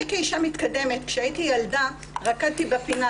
אני כאישה מתקדמת, כשהייתי ילדה, רקדתי בפינה.